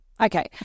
Okay